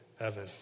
heaven